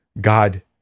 God